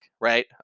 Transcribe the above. right